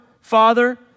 Father